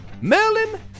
Merlin